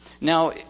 Now